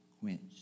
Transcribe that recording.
quenched